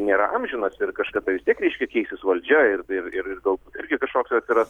nėra amžinas ir kažkada vis tiek reiškia keisis valdžia ir ir ir galbūt irgi kažkoks atsiras